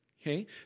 Okay